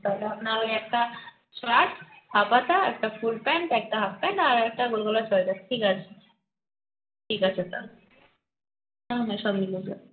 তাহলে আপনার ওই একটা শার্ট হাফ হাতা একটা ফুল প্যান্ট একটা হাফ প্যান্ট আর একটা গোল গলা সোয়াটার ঠিক আছে ঠিক আছে হ্যাঁ হ্যাঁ সব মিলে যাবে